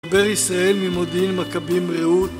?? ישראל ממודיעין מכבים רעות